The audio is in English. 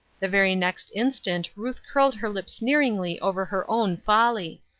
the very next instant ruth curled her lip sneeringly over her own folly.